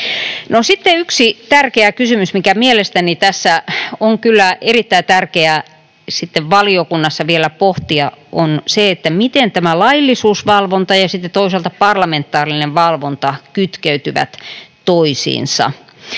yksi tärkeä kysymys, mikä mielestäni tässä on kyllä erittäin tärkeä valiokunnassa vielä pohtia, on se, miten tämä laillisuusvalvonta ja sitten toisaalta parlamentaarinen valvonta kytkeytyvät toisiinsa,